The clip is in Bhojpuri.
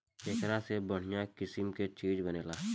एकरा से बढ़िया किसिम के चीज बनेला